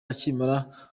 akimara